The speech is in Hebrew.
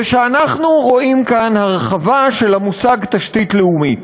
זה שאנחנו רואים כאן הרחבה של המושג "תשתית לאומית".